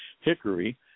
Hickory